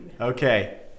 Okay